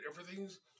everything's